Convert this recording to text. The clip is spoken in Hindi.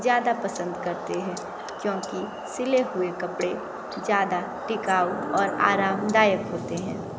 ज़्यादा पसंद करते हैं क्योंकि सिले हुए कपड़े ज़्यादा टिकाऊ और आरामदायक होते हैं